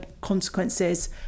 consequences